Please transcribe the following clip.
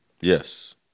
Yes